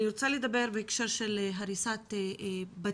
אני רוצה לדבר בהקשר של הריסת בתים,